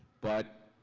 but